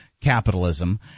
capitalism